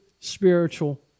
spiritual